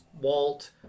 walt